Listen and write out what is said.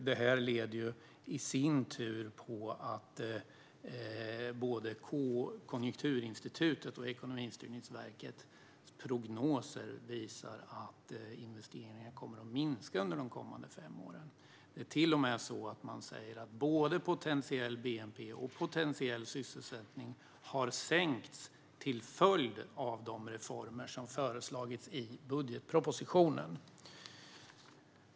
Detta leder i sin tur till att både Konjunkturinstitutets och Ekonomistyrningsverkets prognoser visar att investeringarna kommer att minska under de kommande fem åren. De säger till och med att både potentiell bnp och potentiell sysselsättning har sänkts till följd av de reformer som har föreslagits i budgetpropositionen.